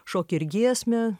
šokį ir giesmę